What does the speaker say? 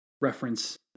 reference